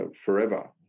forever